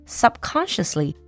subconsciously